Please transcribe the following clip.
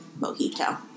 mojito